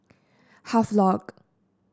Havelock